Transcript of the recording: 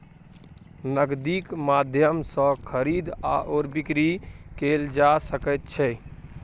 नगदीक माध्यम सँ खरीद आओर बिकरी कैल जा सकैत छै